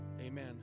Amen